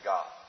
God